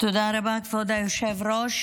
התקבלה בקריאה השנייה והשלישית,